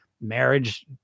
marriage